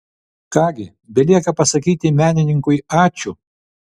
ką gi belieka pasakyti menininkui ačiū